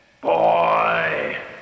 Boy